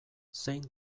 zein